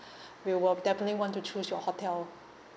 we will definitely want to choose your hotel